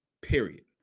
Period